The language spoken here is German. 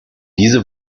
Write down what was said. diese